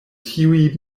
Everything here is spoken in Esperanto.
tiuj